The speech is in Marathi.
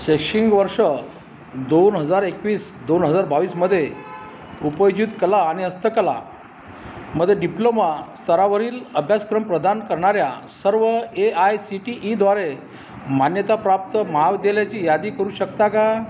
शैक्षिंग वर्ष दोन हजार एकवीस दोन हजार बावीसमधे उपयोजित कला आणि हस्तकला मधे डिप्लोमा स्तरावरील अभ्यासक्रम प्रदान करणाऱ्या सर्व ए आय सी टी ईद्वारे मान्यताप्राप्त महाविद्यालयाची यादी करू शकता का